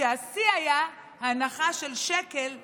והשיא היה הנחה של שקל לליטר,